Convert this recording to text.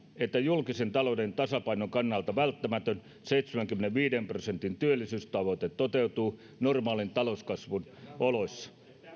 että julkisen talouden tasapainon kannalta välttämätön seitsemänkymmenenviiden prosentin työllisyystavoite toteutuu normaalin talouskasvun oloissa